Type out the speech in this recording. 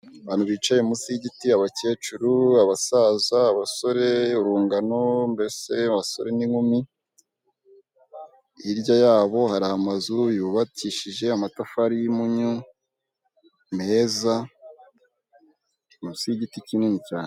Abantu bicaye munsi y'igiti, abakecuru, abasaza, abasore, urungano, mbese abasore n'inkumi hirya yabo hari amazu yubakishije amatafari y'imunyu meza munsi y'igiti kinini cyane.